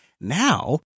Now